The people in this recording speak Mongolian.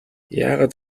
яагаад